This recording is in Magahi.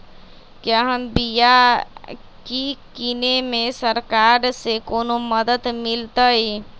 क्या हम बिया की किने में सरकार से कोनो मदद मिलतई?